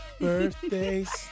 Birthdays